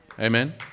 Amen